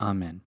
Amen